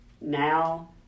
now